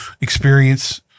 experience